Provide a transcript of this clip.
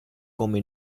come